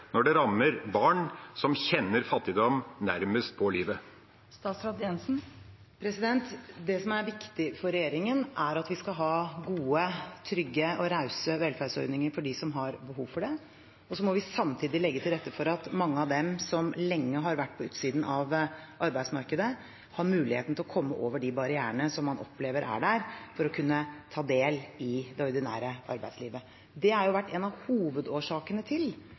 når det rammer barn som kjenner fattigdom nærmest på livet? Det som er viktig for regjeringen, er at vi skal ha gode, trygge og rause velferdsordninger for dem som har behov for det. Så må vi samtidig legge til rette for at mange av dem som lenge har vært på utsiden av arbeidsmarkedet, har muligheten til å komme over de barrierene som man opplever er der, for å kunne ta del i det ordinære arbeidslivet. Det har jo vært en av hovedårsakene til